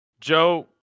Joe